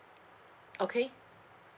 okay